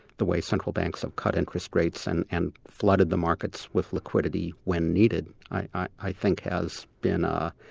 the way central banks have cut interest rates and and flooded the markets with liquidity when needed, i think has been ah